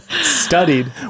studied